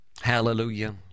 Hallelujah